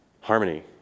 harmony